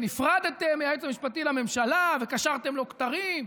נפרדתם מהיועץ המשפטי לממשלה וקשרתם לו כתרים.